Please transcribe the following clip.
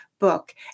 Book